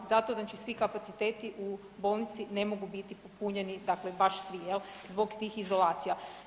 Zato znači svi kapaciteti u bolnici ne mogu biti popunjeni, dakle baš svi jel zbog tih izolacija.